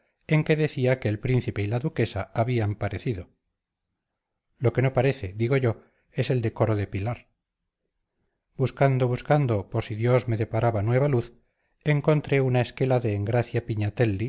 en que decía que el príncipe y la duquesa habían parecido lo que no parece digo yo es el decoro de pilar buscando buscando por si dios me deparaba nueva luz encontré una esquela de engracia